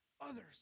others